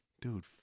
Dude